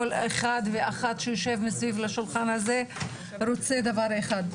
כל אחד ואחת שיושב מסביב לשולחן הזה רוצה דבר אחד,